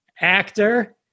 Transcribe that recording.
actor